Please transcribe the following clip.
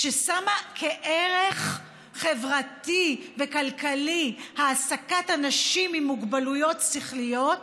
ששמה כערך חברתי וכלכלי העסקת אנשים עם מוגבלויות שכליות,